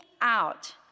out